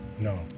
No